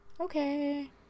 Okay